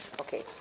Okay